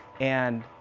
and,